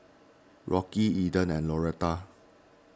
Rocky Eden and Lauretta